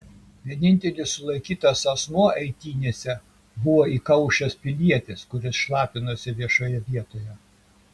vienintelis sulaikytas asmuo eitynėse buvo įkaušęs pilietis kuris šlapinosi viešoje vietoje